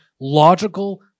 logical